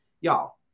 y'all